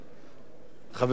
חבר כנסת הרצוג,